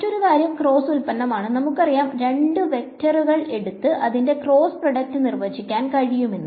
മറ്റൊരു കാര്യം ക്രോസ് ഉൽപ്പന്നമാണ്നമുക്കറിയാം രണ്ടു വെക്ടറുകൾ എടുത്ത് അതിന്റെ ക്രോസ്സ് പ്രോഡക്റ്റ് നിർവചിക്കാൻ കഴിയും എന്ന്